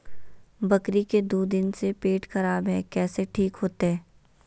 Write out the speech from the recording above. बकरी के दू दिन से पेट खराब है, कैसे ठीक होतैय?